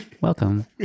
Welcome